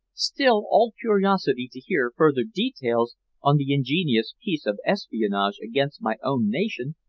still all curiosity to hear further details on the ingenious piece of espionage against my own nation,